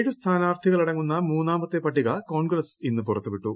ഏഴ് സ്ഥാനാർത്ഥികളടങ്ങുന്ന മൂന്നാമത്തെ പട്ടിക കോൺഗ്രസ് ഇന്ന് പുറത്തുവിട്ടു